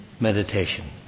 meditation